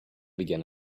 began